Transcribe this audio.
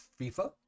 FIFA